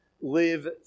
live